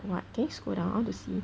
what can you scroll down I wanna see